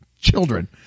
children